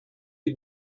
est